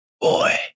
Boy